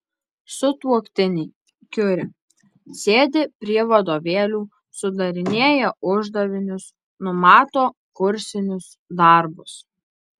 sutuoktiniai kiuri sėdi prie vadovėlių sudarinėja uždavinius numato kursinius darbus